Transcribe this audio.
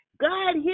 God